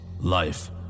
life